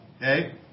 Okay